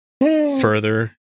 further